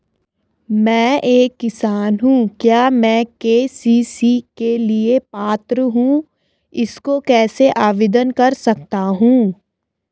मैं एक किसान हूँ क्या मैं के.सी.सी के लिए पात्र हूँ इसको कैसे आवेदन कर सकता हूँ?